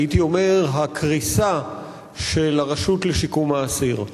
הייתי אומר הקריסה של הרשות לשיקום האסיר.